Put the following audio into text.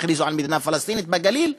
יכריזו על מדינה פלסטינית בגליל,